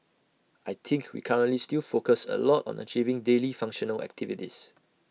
I think we currently still focus A lot on achieving daily functional activities